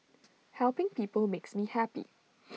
helping people makes me happy